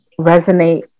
resonate